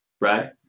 right